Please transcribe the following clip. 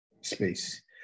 space